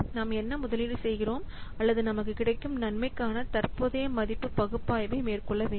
நாம் என்ன முதலீடு செய்கிறோம் அல்லது நமக்குக் கிடைக்கும் நன்மைக்கான தற்போதைய மதிப்பு பகுப்பாய்வை மேற்கொள்ள வேண்டும்